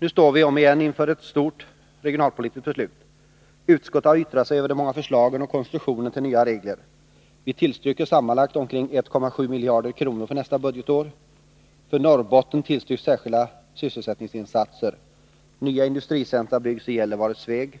Nu står vi omigen inför ett stort regionalpolitiskt beslut. Utskottet har yttrat sig över de många förslagen om konstruktion av nya regler. Vi tillstyrker sammanlagt omkring 1,7 miljarder kronor för nästa budgetår. För Norrbotten tillstyrks särskilda sysselsättningsinsatser. Nya industricentra byggs i Gällivare och Sveg.